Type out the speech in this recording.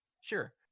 Sure